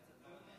צווים בלבד,